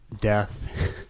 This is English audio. death